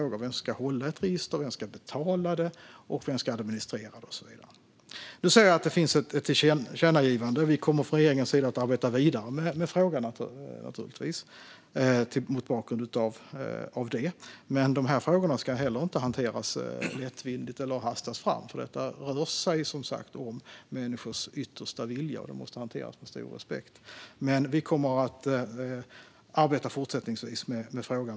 De gäller vem som ska hålla i ett register, vem som ska betala det, vem som ska administrera det och så vidare. Nu ser jag att det finns ett tillkännagivande. Vi kommer från regeringens sida naturligtvis att arbeta vidare med frågan mot bakgrund av det. Men dessa frågor ska inte hanteras lättvindigt eller hastas fram. Det rör sig som sagt om människors yttersta vilja, och det måste hanteras med stor respekt. Vi kommer även fortsättningsvis att arbeta med frågan.